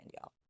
y'all